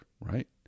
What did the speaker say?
right